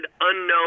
unknown